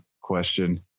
question